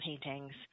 paintings